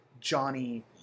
Johnny